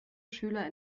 schüler